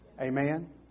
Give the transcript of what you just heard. Amen